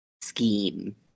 scheme